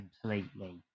completely